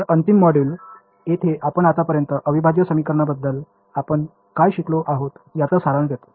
तर अंतिम मॉड्यूल येथे आपण आतापर्यंत अविभाज्य समीकरणांबद्दल आपण काय शिकलो आहोत याचा सारांश देतो